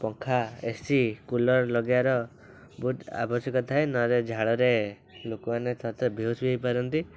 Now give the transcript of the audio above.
ପଙ୍ଖା AC cooler ଲଗାଇବାର ବହୁତ ଆବଶ୍ୟକ ଥାଏ ନହେଲେ ଝାଳରେ ଲୋକମାନେ ତଥା ବେହୋସ ବି ହେଇପାରନ୍ତି